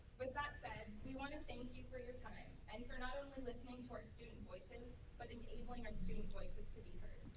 with that said, we wanna thank you for your time and for not only listening to our student voices, but enabling our student voices to be heard.